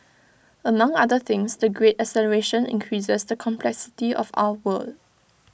among other things the great acceleration increases the complexity of our world